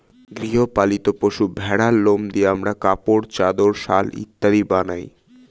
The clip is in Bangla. গৃহ পালিত পশু ভেড়ার লোম দিয়ে আমরা কাপড়, চাদর, শাল ইত্যাদি বানাই